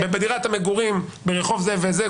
דירת מגורים ברחוב זה וזה,